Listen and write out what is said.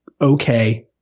okay